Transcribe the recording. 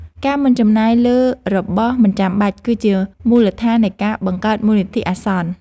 ការមិនចំណាយលើរបស់មិនចាំបាច់គឺជាមូលដ្ឋាននៃការបង្កើតមូលនិធិអាសន្ន។